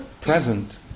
present